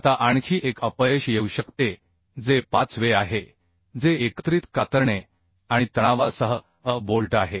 आता आणखी एक अपयश येऊ शकते जे 5 वे आहे जे एकत्रित कातरणे आणि तणावासह बोल्ट आहे